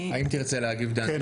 האם תרצה להגיב, דני?